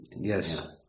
Yes